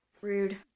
Rude